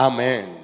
Amen